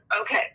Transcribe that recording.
Okay